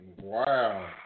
Wow